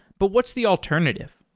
but what's the alternative?